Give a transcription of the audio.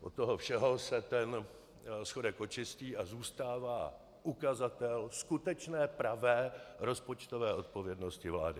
Od toho všeho se ten schodek očistí a zůstává ukazatel skutečné pravé rozpočtové odpovědnosti vlády.